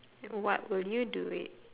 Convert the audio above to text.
what will you do it